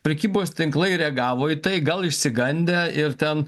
prekybos tinklai reagavo į tai gal išsigandę ir ten